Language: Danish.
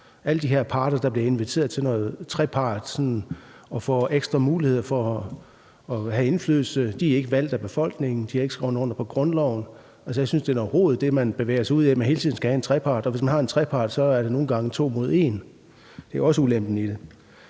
Alle de her parter, der bliver inviteret til en trepart og får ekstra mulighed for at have indflydelse, er ikke valgt af befolkningen, og de har ikke skrevet under på grundloven. Jeg synes, det er noget rod, man bevæger sig ud i, at man hele tiden skal have en trepart. Hvis man har en trepart, er det nogle gange to mod en. Det er også ulempen i det.